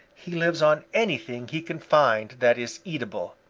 he lives on anything he can find that is eatable.